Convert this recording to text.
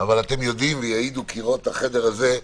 אבל יעידו קירות החדר הזה,